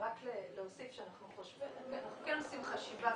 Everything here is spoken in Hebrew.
ורק להוסיף שאנחנו כן עושים חשיבה.